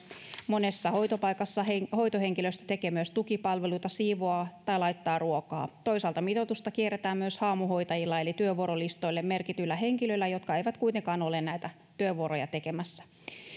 monessa hoitopaikassa hoitohenkilöstö tekee myös tukipalveluita siivoaa tai laittaa ruokaa toisaalta mitoitusta kierretään myös haamuhoitajilla eli työvuorolistoille merkityillä henkilöillä jotka eivät kuitenkaan ole näitä työvuoroja tekemässä